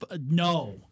no